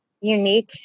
unique